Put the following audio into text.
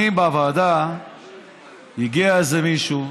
בוועדה הגיע איזה מישהו,